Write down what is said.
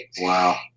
Wow